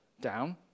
down